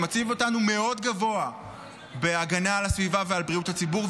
שמציב אותנו מאוד גבוה בהגנה על הסביבה ועל בריאות הציבור,